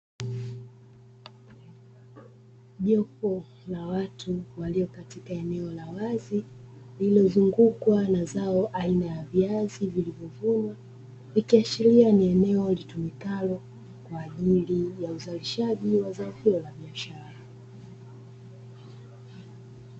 Jopo la watu walio katika eneo la wazi, lililo zungukwa na zao aina ya viazi vilivyo vunwa likiashilia ni eneo litumikalo kwa ajili ya uzalishaji wa zao hilo la biashara.